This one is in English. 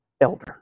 elder